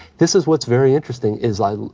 this is what's very interesting is i,